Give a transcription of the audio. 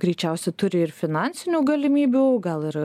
greičiausiai turi ir finansinių galimybių gal ir